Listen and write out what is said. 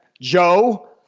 Joe